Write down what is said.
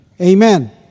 amen